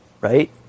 right